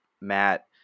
Matt